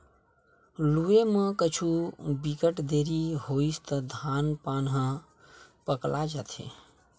लूए म कहु बिकट देरी होइस त धान पान ह पकला जाथे